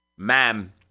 Ma'am